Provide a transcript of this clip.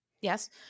Yes